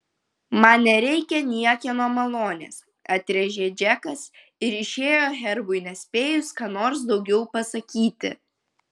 man nereikia niekieno malonės atrėžė džekas ir išėjo herbui nespėjus ką nors daugiau pasakyti